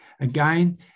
again